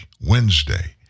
Wednesday